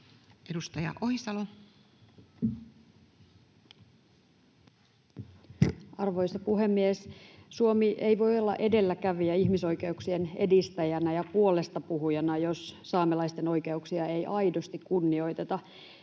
14:25 Content: Arvoisa puhemies! Suomi ei voi olla edelläkävijä ihmisoikeuksien edistäjänä ja puolestapuhujana, jos saamelaisten oikeuksia ei aidosti kunnioiteta.